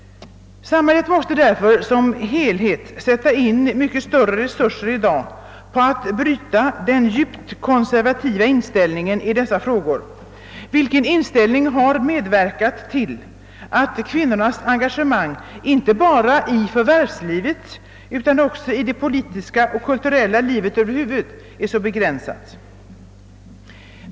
Samhället måste därför som helhet sätta in mycket större resurser på att bryta den djupt konservativa inställningen i dessa frågor, vilken har medverkat till att kvinnornas engagemang inte bara i förvärvslivet utan också i det politiska och kulturella livet över huvud taget är 'så begränsad.